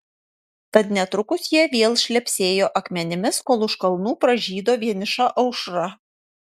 tad netrukus jie vėl šlepsėjo akmenimis kol už kalnų pražydo vieniša aušra